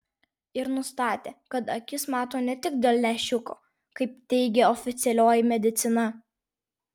ir nustatė kad akis mato ne tik dėl lęšiuko kaip teigia oficialioji medicina